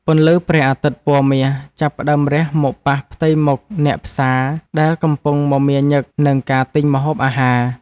ពន្លឺព្រះអាទិត្យពណ៌មាសចាប់ផ្ដើមរះមកប៉ះផ្ទៃមុខអ្នកផ្សារដែលកំពុងមមាញឹកនឹងការទិញម្ហូបអាហារ។